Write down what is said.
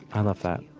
i love that